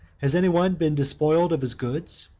has any one been despoiled of his goods?